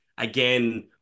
Again